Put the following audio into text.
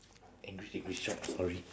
english english sor~ sorry